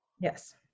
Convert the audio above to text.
Yes